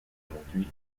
aujourd’hui